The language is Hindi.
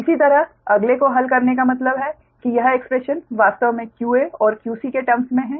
इसी तरह अगले को हल करने का मतलब है कि यह एक्स्प्रेशन वास्तव में qa और qc के टर्म्स में है